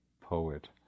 poet